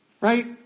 Right